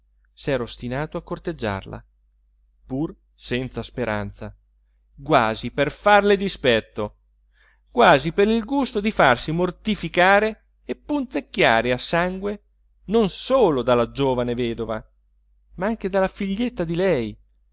s'era ostinato a corteggiarla pur senza speranza quasi per farle dispetto quasi per il gusto di farsi mortificare e punzecchiare a sangue non solo dalla giovane vedova ma anche dalla figlietta di lei